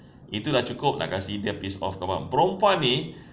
itu lah cukup nak kasih dia piss off kau faham perempuan ni